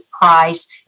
price